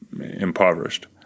impoverished